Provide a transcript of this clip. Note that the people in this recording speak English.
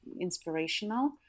inspirational